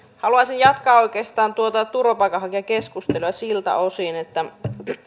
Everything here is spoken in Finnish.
haluaisin jatkaa oikeastaan tuota turvapaikanhakijakeskustelua siltä osin että